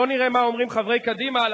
בוא נראה מה אומרים חברי קדימה על